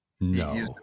No